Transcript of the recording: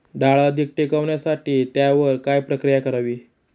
डाळ अधिक टिकवण्यासाठी त्यावर काय प्रक्रिया करावी?